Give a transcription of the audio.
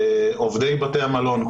עובדי בתי המלון,